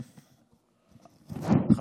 מס' 2315, 2318, 2324 ו-2395.